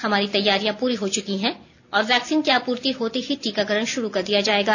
हमारी तैयारियां पूरी हो चुकी हैं और वैक्सीन की आपूर्ति होते ही टीकाकरण शुरू कर दिया जायेगा